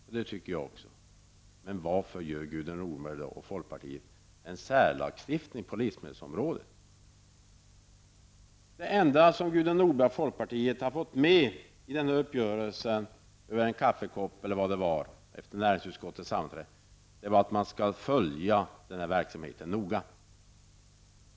Det tycker också jag. Men varför inför då Gudrun Norberg och folkpartiet en särlagstiftning på livsmedelsområdet? Det enda som Gudrun Norberg och folkpartiet har fått med i uppgörelsen över en kaffekopp efter näringsutskottets sammanträde är att man skall följa denna verksamhet noga.